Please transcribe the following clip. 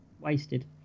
Wasted